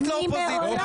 ולהצביע בעד מינויו.